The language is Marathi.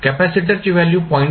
कॅपेसिटरची व्हॅल्यू 0